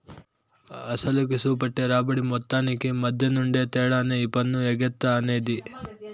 అసలుకి, సూపెట్టే రాబడి మొత్తానికి మద్దెనుండే తేడానే ఈ పన్ను ఎగేత అనేది